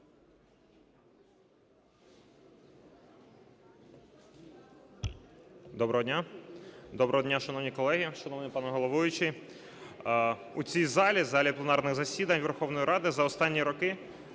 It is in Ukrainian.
Доброго дня, шановні колеги, шановний пане головуючий! У цій залі, залі пленарних засідань Верховної Ради, за останні роки